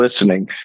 listening